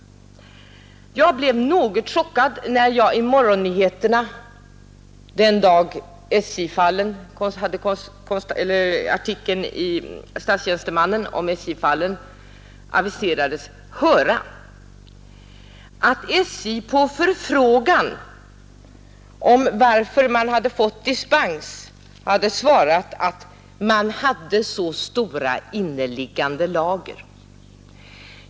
Jag blev något chockad när jag i morgonnyheterna den dag då SJ-fallen hade fått en artikel i tidningen Statsanställd fick höra att SJ på frågan varför man hade fått dispens hade svarat att man hade så stora inneliggande lager.